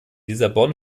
lissabon